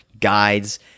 guides